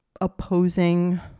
opposing